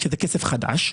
כי זה כסף חדש,